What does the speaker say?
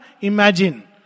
Imagine